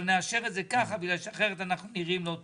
אבל נאשר את זה ככה בגלל שאחרת אנחנו נראים לא טוב.